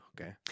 Okay